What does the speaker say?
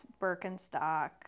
Birkenstock